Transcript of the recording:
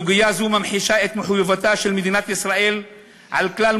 סוגיה זו ממחישה את מחויבותה של מדינת ישראל על כלל